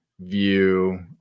view